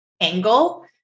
angle